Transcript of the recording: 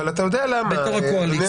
אבל אתה יודע למה, אדוני יושב הראש.